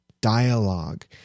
dialogue